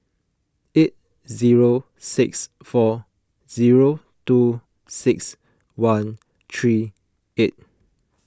eight zero six four zero two six one three eight